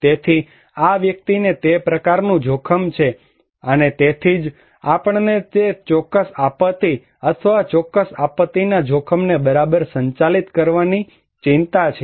તેથી આ વ્યક્તિને તે પ્રકારનું જોખમ છે અને તેથી જ આપણને તે ચોક્કસ આપત્તિ અથવા ચોક્કસ આપત્તિના જોખમને બરાબર સંચાલિત કરવાની ચિંતા છે